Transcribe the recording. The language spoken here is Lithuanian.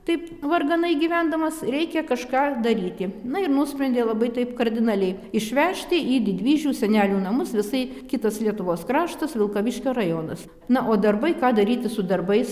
taip varganai gyvendamas reikia kažką daryti na ir nusprendė labai taip kardinaliai išvežti į didvyžių senelių namus visai kitas lietuvos kraštas vilkaviškio rajonas na o darbai ką daryti su darbais